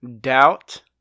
doubt